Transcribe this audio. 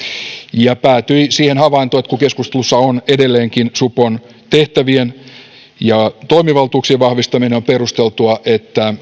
ja päätyi siihen havaintoon että kun keskustelussa on edelleenkin supon tehtävien ja toimivaltuuksien vahvistaminen on perusteltua että